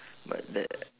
but that